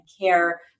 care